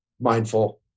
mindful